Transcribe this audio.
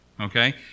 Okay